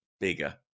bigger